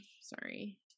Sorry